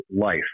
life